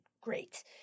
great